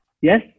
yes